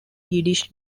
yiddish